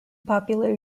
popular